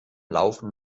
laufen